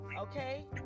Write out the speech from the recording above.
Okay